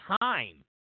time